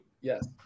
Yes